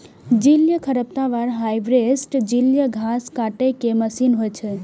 जलीय खरपतवार हार्वेस्टर जलीय घास काटै के मशीन होइ छै